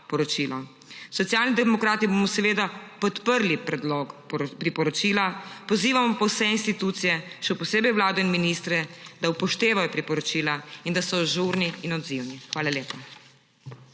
Socialni demokrati bomo seveda podprli predlog priporočila, pozivamo pa vse institucije, še posebej Vlado in ministre, da upoštevajo priporočila in da so ažurni in odzivni. Hvala lepa.